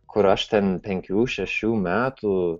kur aš ten penkių šešių metų